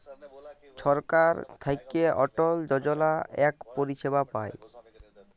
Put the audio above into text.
ছরকার থ্যাইকে অটল যজলা ইক পরিছেবা পায়